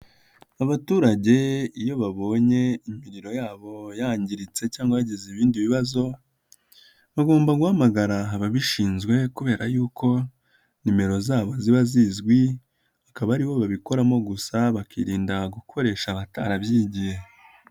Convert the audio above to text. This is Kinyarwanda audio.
Abaturage iyo babonye imiriro yabo yangiritse cyangwa bagize ibindi bibazo, bagomba guhamagara ababishinzwe, kubera yuko nimero zabo ziba zizwi, akaba aribo babikoramo gusa, bakirinda gukoresha abatarabyigiye.